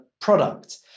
product